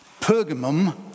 Pergamum